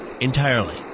entirely